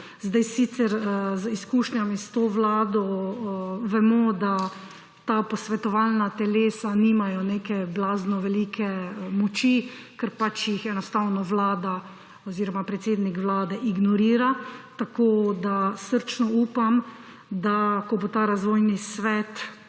Vlade. Sicer z izkušnjami s to vlado vemo, da ta posvetovalna telesa nimajo neke blazno velike moči, ker pač jih enostavno Vlada oziroma predsednik Vlade ignorira. Tako srčno upam, da ko bo Razvojni svet